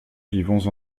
vivons